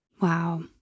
Wow